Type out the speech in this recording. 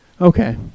Okay